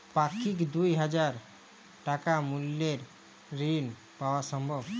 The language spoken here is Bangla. পাক্ষিক দুই হাজার টাকা মূল্যের ঋণ পাওয়া সম্ভব?